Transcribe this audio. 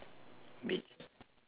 beige ah